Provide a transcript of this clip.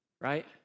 right